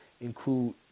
Include